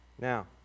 Now